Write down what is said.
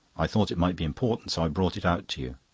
i thought it might be important, so i brought it out to you.